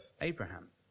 Abraham